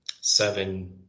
seven